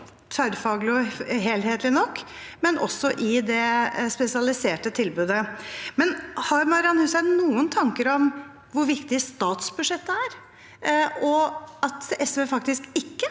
tverrfaglig og helhetlig nok eller i det spesialiserte tilbudet. Har Marian Hussein noen tanker om hvor viktig statsbudsjettet er, og at SV faktisk ikke